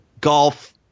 golf